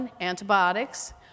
antibiotics